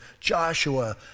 Joshua